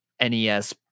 NES